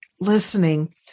listening